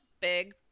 big